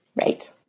Right